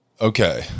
okay